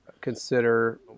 consider